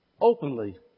Openly